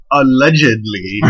allegedly